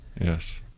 Yes